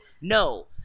No